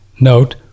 Note